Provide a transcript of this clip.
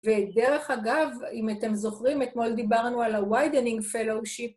ודרך אגב, אם אתם זוכרים, אתמול דיברנו על ה-widening fellowship